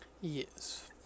yes